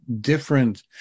different